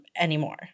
anymore